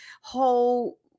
whole